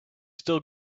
still